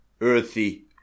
earthy